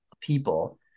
people